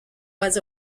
was